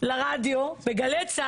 לרדיו בגל"צ,